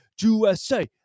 USA